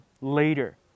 later